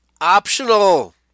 optional